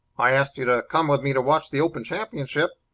i asked you to come with me to watch the open championship.